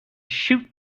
shoot